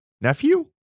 nephew